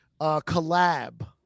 collab